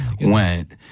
went